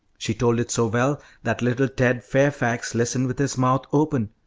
she told it so well that little ted fairfax listened with his mouth open,